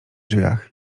drzwiach